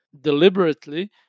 deliberately